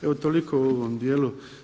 Evo toliko u ovom dijelu.